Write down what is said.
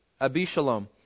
Abishalom